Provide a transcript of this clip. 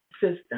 system